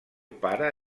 pare